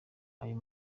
ayo